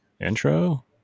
intro